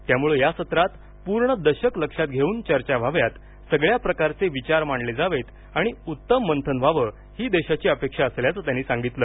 त्यामुळे या सत्रात पूर्ण दशक लक्षात घेऊन चर्चा व्हाव्यात सगळ्या प्रकारचे विचार मांडले जावेत आणि उत्तम मंथन व्हावं ही देशाची अपेक्षा असल्याचं त्यांनी सांगितलं